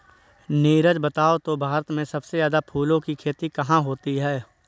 नीरज बताओ तो भारत में सबसे ज्यादा फूलों की खेती कहां होती है?